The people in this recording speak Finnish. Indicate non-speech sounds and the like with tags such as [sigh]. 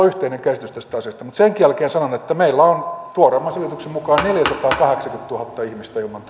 [unintelligible] yhteinen käsitys tästä asiasta mutta senkin jälkeen sanon että meillä on tuoreimman selvityksen mukaan neljäsataakahdeksankymmentätuhatta ihmistä ilman [unintelligible]